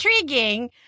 intriguing